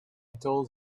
told